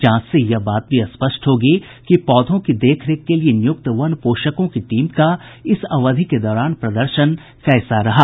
जांच से यह बात भी स्पष्ट होगी कि पौधों की देख रेख के लिए नियुक्त वन पोषकों की टीम का इस अवधि के दौरान प्रदर्शन कैसा रहा